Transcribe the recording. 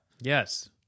yes